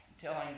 telling